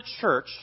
church